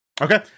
Okay